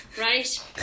right